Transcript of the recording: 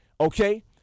okay